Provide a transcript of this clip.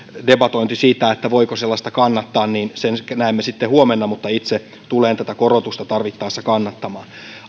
debatointi siitä voiko sellaista kannattaa sen näemme sitten huomenna mutta itse tulen tätä korotusta tarvittaessa kannattamaan